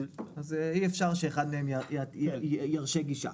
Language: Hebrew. אי אפשר שאחד מהם ירשה גישה.